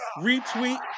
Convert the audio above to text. retweet